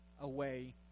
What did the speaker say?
away